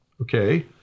Okay